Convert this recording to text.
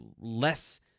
less